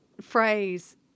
phrase